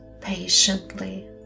patiently